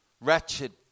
Wretched